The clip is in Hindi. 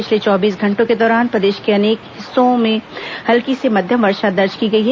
पिछले चौबीस घंटों के दौरान प्रदेश के अनेक हिस्सों हल्की से मध्यम वर्षा दर्ज की गई है